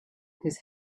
his